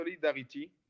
solidarity